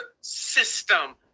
system